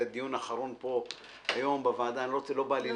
זה הדיון האחרון פה בוועדה, לא בא לי להתבטא